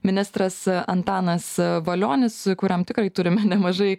ministras antanas valionis kuriam tikrai turime nemažai